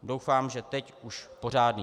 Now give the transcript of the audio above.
Doufám, že teď už pořádný.